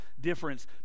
difference